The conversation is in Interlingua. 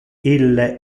ille